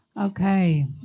Okay